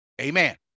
Amen